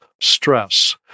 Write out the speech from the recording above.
stress